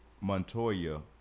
Montoya